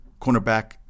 cornerback